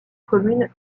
commune